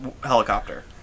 helicopter